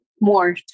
more